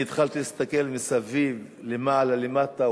אני התחלתי להסתכל מסביב, למעלה ולמטה.